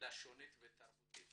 הלשונית והתרבותית